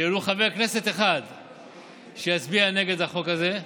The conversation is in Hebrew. שיהיה ולו חבר כנסת אחד שיצביע נגד החוק הזה,